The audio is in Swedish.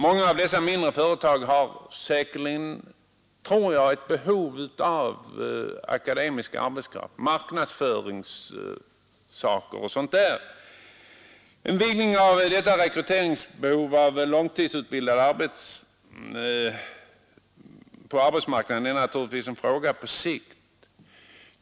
Många av dessa mindre företag har säkerligen ett behov av akademisk arbetskraft, t.ex. för marknadsföringsuppgifter m.m. En utvidgning av rekryteringen av långtidsutbildade i arbetsmarknaden är naturligtvis en fråga på sikt.